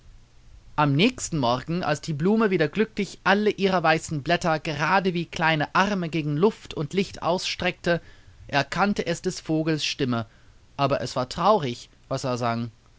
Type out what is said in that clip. am nächsten morgen als die blume wieder glücklich alle ihre weißen blätter gerade wie kleine arme gegen luft und licht ausstreckte erkannte es des vogels stimme aber es war traurig was er sang